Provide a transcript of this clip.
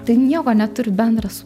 tai nieko neturi bendra su